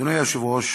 אדוני היושב-ראש,